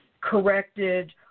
corrected